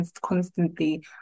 constantly